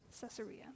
Caesarea